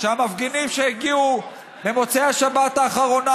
שהמפגינים שהגיעו במוצאי שבת האחרונה